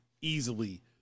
easily